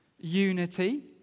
Unity